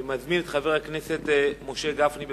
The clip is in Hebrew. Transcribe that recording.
אני מזמין את חבר הכנסת משה גפני.